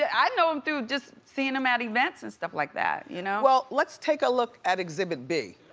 i know him through, just seeing him at events and stuff like that, you know? well let's take a look at exhibit b.